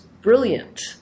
brilliant